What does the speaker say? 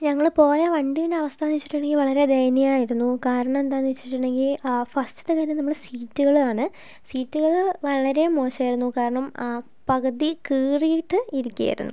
ഞങ്ങള് പോയ വണ്ടിയുടെ അവസ്ഥയെന്ന് വെച്ചിട്ടുണ്ടെങ്കിൽ വളരെ ദയനീയമായിരുന്നു കരണമെന്താന്നുവെച്ചിട്ടുണ്ടെങ്കിൽ ആ ഫസ്റ്റിത്തെ കാര്യം നമ്മടെ സീറ്റുകളാണ് സീറ്റുകള് വളരേ മോശമായിരുന്നു കാരണം പകുതി കീറിയിട്ടു ഇരിക്കുകയായിരുന്നു